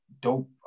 dope